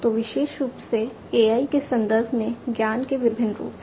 तो विशेष रूप से AI के संदर्भ में ज्ञान के विभिन्न रूप हैं